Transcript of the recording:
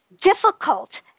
difficult